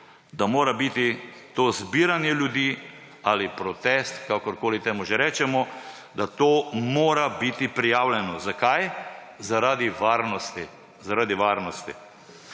da mora biti to zbiranje ljudi – ali protest, kakorkoli temu že rečemo –, da to mora biti prijavljeno. Zakaj? Zaradi varnosti.